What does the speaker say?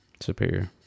superior